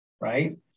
right